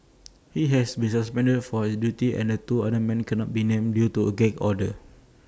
he has been suspended from his duties and the two men cannot be named due to A gag order